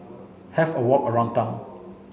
have a walk around town